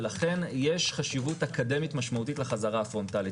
ולכן יש חשיבות אקדמית משמעותית לחזרה הפרונטלית.